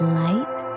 light